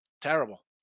terrible